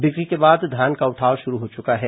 बिक्री के बाद धान का उठाव शुरू हो चुका है